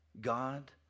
God